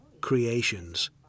creations